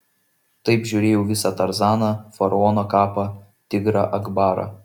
taip žiūrėjau visą tarzaną faraono kapą tigrą akbarą